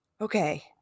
Okay